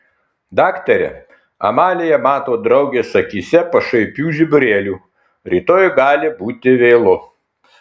daktare amalija mato draugės akyse pašaipių žiburėlių rytoj gali būti vėlu